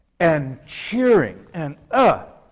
and cheering! and ah!